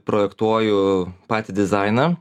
projektuoju patį dizainą